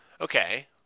Okay